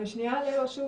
אני שנייה אעלה שוב,